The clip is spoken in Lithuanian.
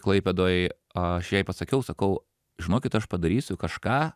klaipėdoj aš jai pasakiau sakau žinokit aš padarysiu kažką